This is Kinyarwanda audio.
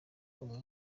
umwe